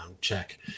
check